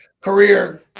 career